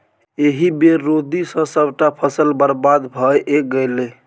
एहि बेर रौदी सँ सभटा फसल बरबाद भए गेलै